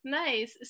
nice